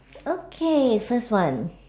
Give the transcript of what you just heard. okay first one